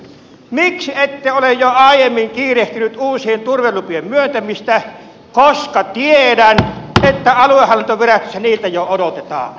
miksi ette ole jo aiemmin kiirehtinyt uusien turvelupien myöntämistä koska tiedän että aluehallintovirastossa niitä jo odotetaan